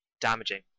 damaging